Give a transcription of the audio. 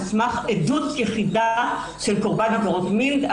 סמך עדות יחידה של קורבן עבירות מין.